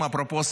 אפרופו,